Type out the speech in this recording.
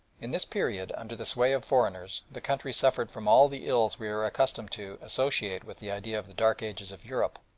in this period, under the sway of foreigners, the country suffered from all the ills we are accustomed to associate with the idea of the dark ages of europe,